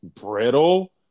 Brittle